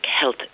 health